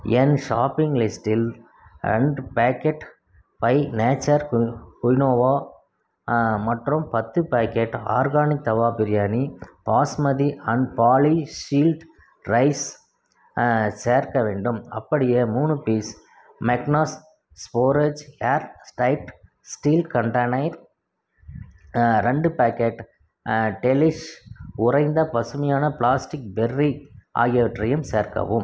என் shopping லிஸ்ட்டில் ரெண்டு packet by nature quinoa மற்றும் பத்து packet organic tawa biryani basmati unpolished rice சேர்க்க வேண்டும் அப்படியே மூணு piece Magnus storage airtight steel container ரெண்டு பேக்கெட் டெலிஷ் உறைந்த பசுமையான ப்ளாஸ்டிக் பெர்ரி ஆகியவற்றையும் சேர்க்கவும்